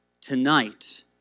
tonight